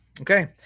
Okay